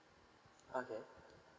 okay